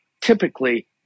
typically—